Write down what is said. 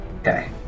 Okay